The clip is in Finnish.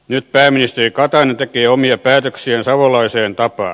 nyt pääministeri katainen tekee omia päätöksiään savolaiseen tapaan